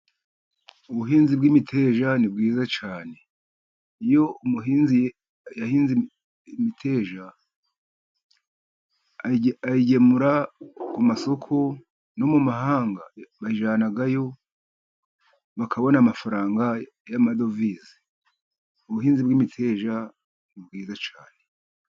Ubuhinzi bw'imiteja ni bwiza cyane, iyo umuhinzi yahinze imiteja ayigemura ku masoko no mu mahanga, bayijyanayo bakabona amafaranga y'amadovize, ubuhinzi bw'imiteja ni bwiza cyane.